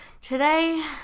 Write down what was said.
Today